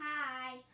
Hi